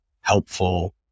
helpful